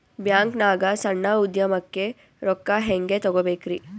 ಬ್ಯಾಂಕ್ನಾಗ ಸಣ್ಣ ಉದ್ಯಮಕ್ಕೆ ರೊಕ್ಕ ಹೆಂಗೆ ತಗೋಬೇಕ್ರಿ?